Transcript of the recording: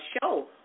show